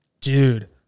Dude